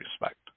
respect